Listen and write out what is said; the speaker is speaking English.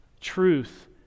Truth